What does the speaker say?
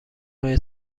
های